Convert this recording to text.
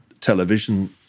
television